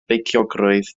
beichiogrwydd